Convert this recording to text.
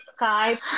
Skype